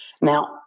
Now